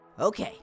Okay